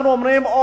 אנחנו אומרים,